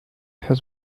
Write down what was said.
has